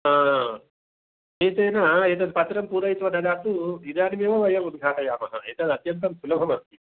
एतेन एतत् पत्रं पूरयित्वा ददातु इदानीमेव वयम् उद्घाटयामः एतत् अत्यन्तं सुलभम् अस्ति